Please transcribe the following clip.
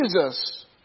Jesus